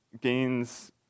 gains